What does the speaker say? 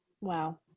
Wow